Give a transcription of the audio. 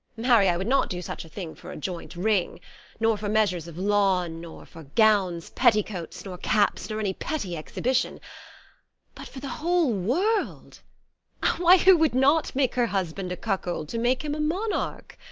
marry, i would not do such a thing for a joint-ring, nor for measures of lawn, nor for gowns, petticoats, nor caps, nor any petty exhibition but, for the whole world why, who would not make her husband a cuckold to make him a monarch?